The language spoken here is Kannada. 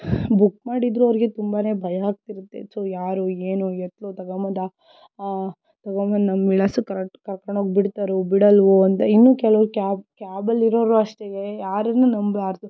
ಬುಕ್ ಮಾಡಿದರೂ ಅವರಿಗೆ ತುಂಬಾನೇ ಭಯ ಆಗ್ತಿರುತ್ತೆ ಸೋ ಯಾರು ಏನು ಎತ್ತಲೋ ತಗೊಂಬಂದು ತಗೊಂಬಂದು ನಮ್ಮ ವಿಳಾಸಕ್ಕೆ ಕರೆಕ್ಟ್ ಕರ್ಕೊಂಡೋಗಿ ಬಿಡ್ತಾರೋ ಬಿಡಲ್ವೋ ಅಂತ ಇನ್ನೂ ಕೆಲವು ಕ್ಯಾಬ್ ಕ್ಯಾಬಲ್ಲಿ ಇರೋರೂ ಅಷ್ಟೆ ಯಾರನ್ನೂ ನಂಬಬಾರದು